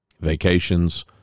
vacations